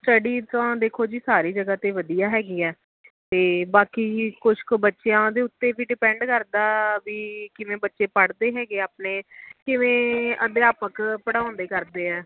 study ਤਾਂ ਦੇਖੋ ਜੀ ਸਾਰੀ ਜਗ੍ਹਾ 'ਤੇ ਵਧੀਆ ਹੈਗੀ ਆ ਅਤੇ ਬਾਕੀ ਕੁਛ ਕੁ ਬੱਚਿਆਂ ਦੇ ਉੱਤੇ ਵੀ ਡਿਪੈਂਡ ਕਰਦਾ ਵੀ ਕਿਵੇਂ ਬੱਚੇ ਪੜ੍ਹਦੇ ਹੈਗੇ ਆਪਣੇ ਕਿਵੇਂ ਅਧਿਆਪਕ ਪੜ੍ਹਾਉਂਦੇ ਕਰਦੇ ਆ